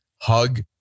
Hug